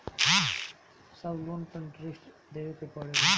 सब लोन पर इन्टरेस्ट देवे के पड़ेला?